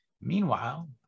meanwhile